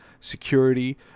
security